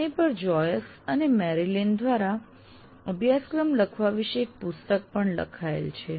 આની પર જોયસ અને મેરિલીન દ્વારા અભ્યાસક્રમ લખવા વિશે એક પુસ્તક પણ લખાયેલું છે